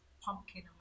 Pumpkin